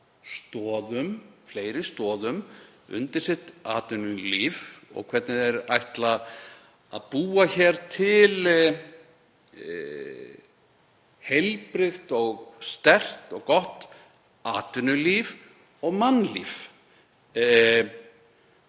skjóta fleiri stoðum undir atvinnulíf sitt og hvernig þeir ætla að búa hér til heilbrigt, sterkt og gott atvinnulíf og mannlíf.